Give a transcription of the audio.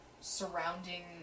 surrounding